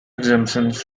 exemptions